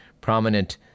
prominent